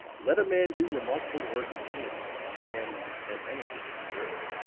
let a man do remarkable work in any line and, as emerson has observed,